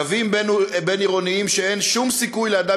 קווים בין-עירוניים שאין שום סיכוי לאדם